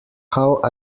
how